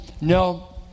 No